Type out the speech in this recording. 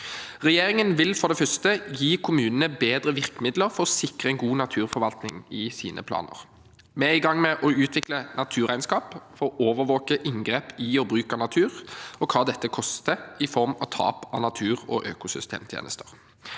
Regjeringen vil for det første gi kommunene bedre virkemidler for å sikre en god naturforvaltning i sine planer. Vi er i gang med å utvikle naturregnskap for å overvåke inngrep i og bruk av natur og hva dette koster i form av tap av natur og økosystemtjenester.